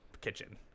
kitchen